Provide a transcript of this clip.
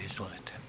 Izvolite.